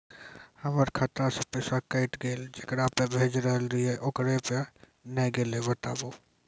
हमर खाता से पैसा कैट गेल जेकरा पे भेज रहल रहियै ओकरा पे नैय गेलै बताबू?